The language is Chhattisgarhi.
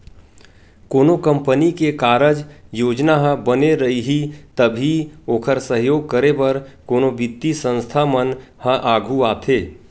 कोनो कंपनी के कारज योजना ह बने रइही तभी ओखर सहयोग करे बर कोनो बित्तीय संस्था मन ह आघू आथे